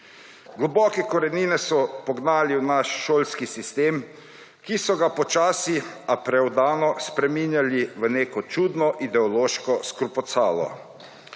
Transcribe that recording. Globoke korenine so pognali v naš šolski sistem, ki so ga počasi, a preudarno spreminjali v neko čudno ideološko skrpucalo.